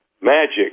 magic